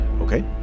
okay